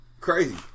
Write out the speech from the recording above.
crazy